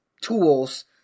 tools